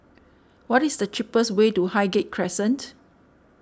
what is the cheapest way to Highgate Crescent